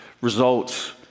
results